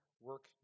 work